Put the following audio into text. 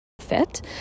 fit